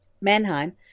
Mannheim